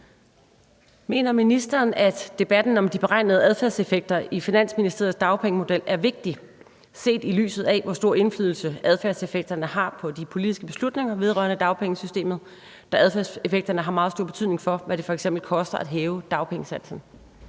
Mener ministeren, at debatten om de beregnede adfærdseffekter i Finansministeriets dagpengemodel er vigtig, set i lyset af hvor stor indflydelse adfærdseffekterne har på de politiske beslutninger vedrørende dagpengesystemet, da adfærdseffekterne har meget stor betydning for, hvad det f.eks. koster at hæve dagpengesatsen?